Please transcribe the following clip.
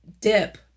dip